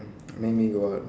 make me go out